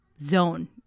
zone